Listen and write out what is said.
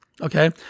Okay